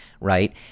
right